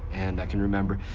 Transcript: and i can remember,